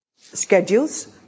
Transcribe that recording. schedules